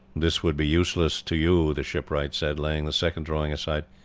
this would be useless to you, the shipwright said, laying the second drawing aside.